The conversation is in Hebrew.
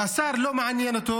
והשר, לא מעניין אותו